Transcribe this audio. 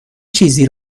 چیزی